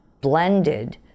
blended